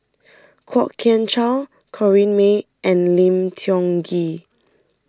Kwok Kian Chow Corrinne May and Lim Tiong Ghee